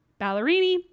Ballerini